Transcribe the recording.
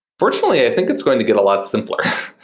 personally, i think it's going to get a lot simpler.